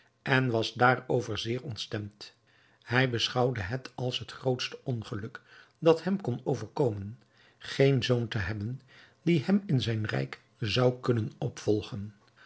en was daarover zeer ontstemd hij beschouwde het als het grootste ongeluk dat hem kon overkomen geen zoon te hebben die hem in zijn rijk zou kunnen opvolgen